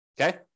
okay